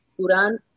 Quran